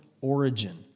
origin